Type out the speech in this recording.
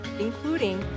including